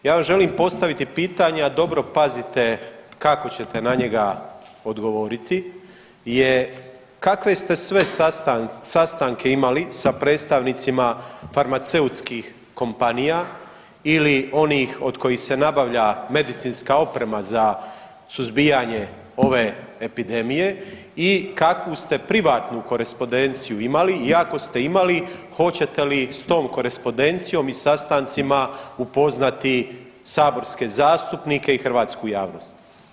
Ja vam želim postaviti pitanje, a dobro pazite kako ćete na njega odgovoriti je kakve ste sve sastanke imali sa predstavnicima farmaceutskih kompanija ili onih od kojih se nabavlja medicinska oprema za suzbijanje ove epidemije i kakvu ste privatnu korespodenciju imali i ako ste imali hoćete li s tom korespodencijom i sastancima upoznati saborske zastupnike i hrvatsku javnost.